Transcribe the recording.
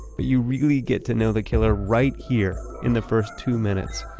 but you really get to know the killer right here in the first two minutes.